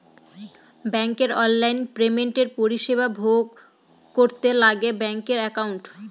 ব্যাঙ্কের অনলাইন পেমেন্টের পরিষেবা ভোগ করতে লাগে ব্যাঙ্কের একাউন্ট